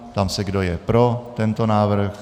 Ptám se, kdo je pro tento návrh.